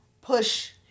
push